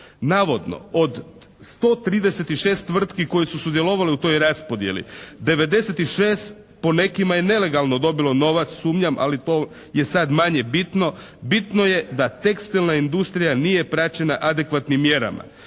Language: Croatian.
Navodno od 136 tvrtki koje su sudjelovale u toj raspodjeli 96 po nekima je nelegalno dobilo novac sumnjam, ali to je sad manje bitno. Bitno je da tekstilna industrija nije praćena adekvatnim mjerama.